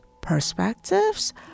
perspectives